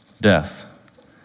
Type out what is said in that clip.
death